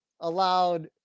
allowed